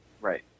right